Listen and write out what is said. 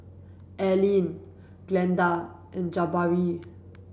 Aileen Glenda and Jabari